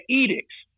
edicts